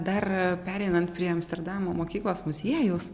dar pereinant prie amsterdamo mokyklos muziejaus